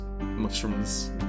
mushrooms